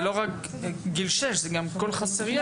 זה לא רק גיל שש אלא כל חסרי הישע.